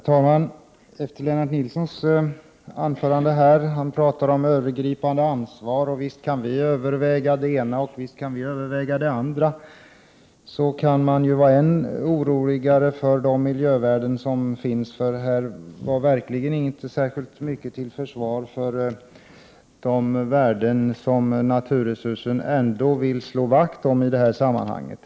Herr talman! Efter Lennart Nilssons anförande, i vilket han pratade om övergripande ansvar och att socialdemokraterna visst kan överväga det ena och det andra, kan man vara än oroligare för de miljövärden som finns. Här framkom verkligen inte särskilt mycket till försvar för de värden som naturresurslagen ändå vill slå vakt om.